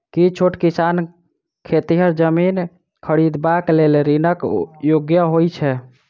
की छोट किसान खेतिहर जमीन खरिदबाक लेल ऋणक योग्य होइ छै?